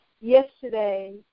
Yesterday